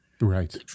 right